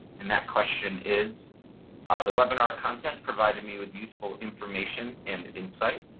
and that question is the webinar content providing me with useful information and insight?